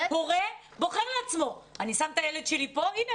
הורה בוחר לעצמו: אני שם את הילד שלי פה הנה,